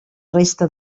resta